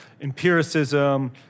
empiricism